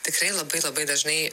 tikrai labai labai dažnai